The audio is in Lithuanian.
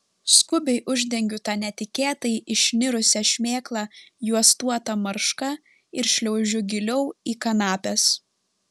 skubiai uždengiu tą netikėtai išnirusią šmėklą juostuota marška ir šliaužiu giliau į kanapes